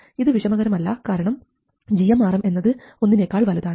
ഇത് വിഷമകരം അല്ല കാരണം gmRm എന്നത് ഒന്നിനേക്കാൾ വളരെ വലുതാണ്